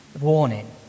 warning